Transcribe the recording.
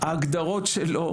ההגדרות שלו